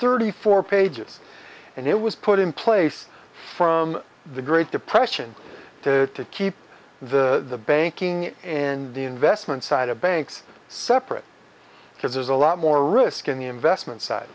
thirty four pages and it was put in place from the great depression to keep the banking in the investment side of banks separate because there's a lot more risk in the investment side